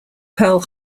pearl